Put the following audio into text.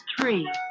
three